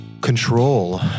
control